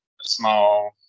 small